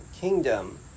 kingdom